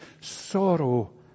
sorrow